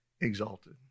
exalted